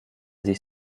sich